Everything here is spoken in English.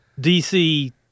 dc